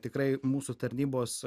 tikrai mūsų tarnybos